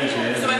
זאת אומרת,